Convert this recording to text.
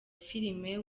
filime